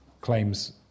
claims